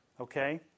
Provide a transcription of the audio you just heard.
okay